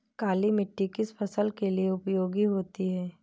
काली मिट्टी किस फसल के लिए उपयोगी होती है?